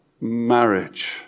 marriage